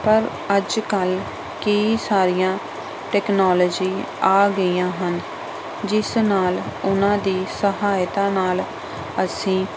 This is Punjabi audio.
ਪਰ ਅੱਜ ਕੱਲ੍ਹ ਕਈ ਸਾਰੀਆਂ ਟੈਕਨੋਲਜੀ ਆ ਗਈਆਂ ਹਨ ਜਿਸ ਨਾਲ ਉਨ੍ਹਾਂ ਦੀ ਸਹਾਇਤਾ ਨਾਲ ਅਸੀਂ